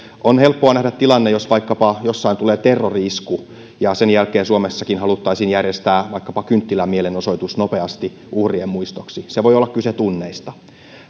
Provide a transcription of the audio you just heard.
on helppoa nähdä tilanne jos vaikkapa jossain tulee terrori isku että sen jälkeen suomessakin haluttaisiin järjestää nopeasti vaikkapa kynttilämielenosoitus uhrien muistoksi siinä voi olla kyse tunneista